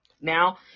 now